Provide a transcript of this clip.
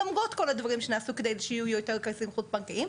למרות כל הדברים שנעשו כדי שיהיו יותר כרטיסים חוץ בנקאיים.